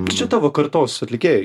nu čia tavo kartos atlikėjai